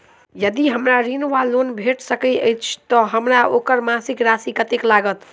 यदि हमरा ऋण वा लोन भेट सकैत अछि तऽ हमरा ओकर मासिक राशि कत्तेक लागत?